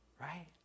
right